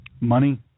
Money